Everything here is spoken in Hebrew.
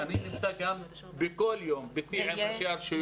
אני כל יום בשיח עם ראשי הרשויות.